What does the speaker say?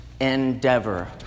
endeavor